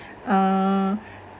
err